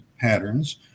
patterns